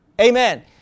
Amen